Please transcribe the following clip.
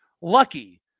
lucky